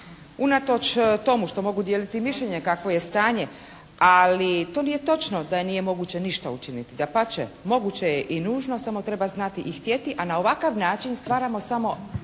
Unatoč tomu što mogu dijeliti mišljenje kakvo je stanje. Ali to nije točno da nije moguće ništa učiniti. Dapače, moguće je i nužno, samo treba znati i htjeti. A na ovakav način stvaramo samo